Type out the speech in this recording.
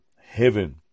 heaven